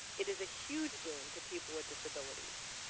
it is a huge boon to people with disabilities.